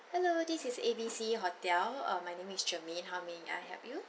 hello this is A B C hotel uh my name is germane how may I help you